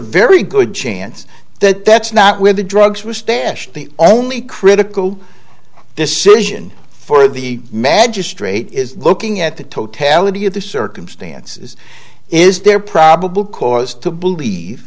very good chance that that's not where the drugs will stand the only critical decision for the magistrate is looking at the totality of the circumstances is there probable cause to believe